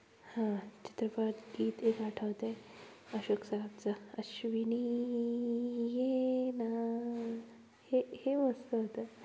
हां चित्रपट गीत एक आठवते अशोक सराफचं अश्विनी ये ना हे हे मस्त होतं